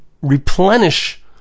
replenish